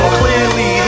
clearly